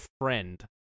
friend